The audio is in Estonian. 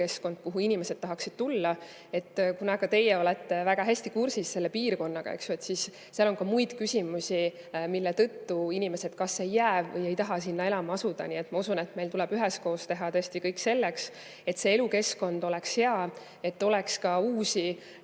kuhu inimesed tahaksid tulla. Kuna ka teie olete väga hästi kursis selle piirkonnaga, siis [te teate, et] seal on ka muid küsimusi, mille tõttu inimesed kas ei jää sinna või ei taha sinna elama asuda. Ma usun, et meil tuleb üheskoos teha kõik selleks, et see elukeskkond oleks hea, et seal oleks ka uusi